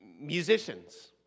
musicians